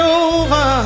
over